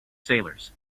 sailors